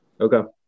Okay